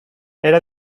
era